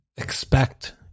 expect